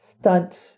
stunt